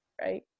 right